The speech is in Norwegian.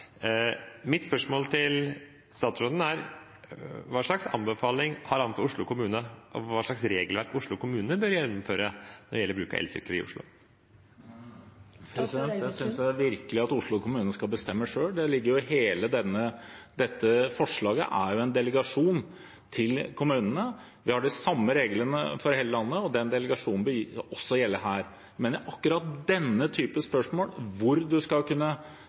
Mitt spørsmål til statsråden er: Hva slags anbefaling har han til Oslo kommune om hva slags regelverk Oslo kommune bør gjennomføre når det gjelder bruk av elsykler i Oslo? Jeg synes virkelig at Oslo kommune skal bestemme selv – det ligger jo i dette forslaget at det er en delegering til kommunene. Vi har de samme reglene for hele landet, og den delegeringen bør også gjelde her. Jeg mener at akkurat denne typen spørsmål – hvor en skal eller ikke skal kunne